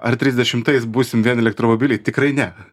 ar trisdešimtais būsim vien elektromobiliai tikrai ne